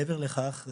מעבר לכך,